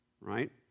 right